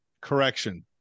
Correction